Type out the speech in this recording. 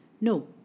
no